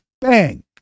Bang